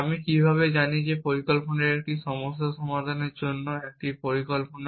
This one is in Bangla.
আমি কীভাবে জানি যে পরিকল্পনাটি একটি সমস্যা সমাধানের জন্য একটি পরিকল্পনা